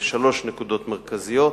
שלוש נקודות מרכזיות: